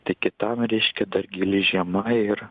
tai kitam ryški dar gili žiema ir